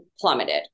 plummeted